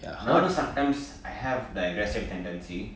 நானும்:naanum sometimes I have the aggressive tendency